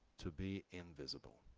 to be invisible